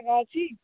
ଅଛି